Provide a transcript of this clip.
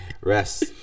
rest